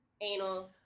anal